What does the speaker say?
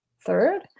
third